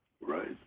right